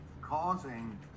causing